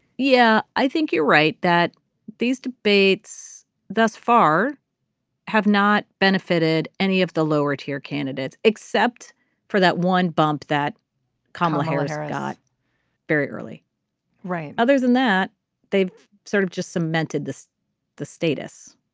yeah i think you're right that these debates thus far have not benefited any of the lower tier candidates except for that one bump that kamala harris got very early right other than that they've sort of just cemented this status.